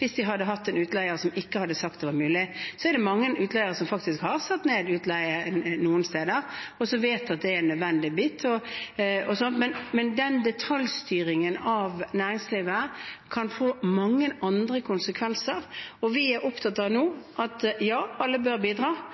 hvis de hadde hatt en utleier som hadde sagt at det ikke var mulig. Det er mange utleiere som har satt ned husleien noen steder, og som vet at det er en nødvendig del. Men en slik detaljstyring av næringslivet kan få mange andre konsekvenser. Vi er nå opptatt av